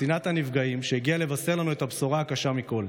קצינת הנפגעים שהגיעה לבשר לנו את הבשורה הקשה מכול.